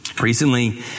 Recently